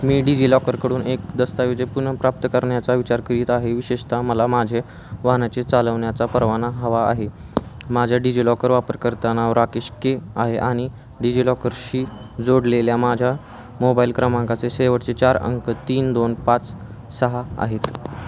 मी डिजिलॉकरकडून एक दस्तऐवज पुनर्प्राप्त करण्याचा विचार करीत आहे विशेषतः मला माझे वाहनाचे चालवण्याचा परवाना हवा आहे माझ्या डिजिलॉकर वापरकर्ता नाव राकेश के आहे आणि डिजिलॉकरशी जोडलेल्या माझ्या मोबाईल क्रमांकाचे शेवटचे चार अंक तीन दोन पाच सहा आहेत